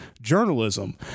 journalism